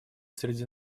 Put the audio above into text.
среди